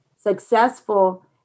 successful